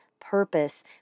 purpose